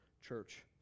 church